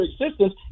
existence